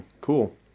cool